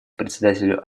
председателю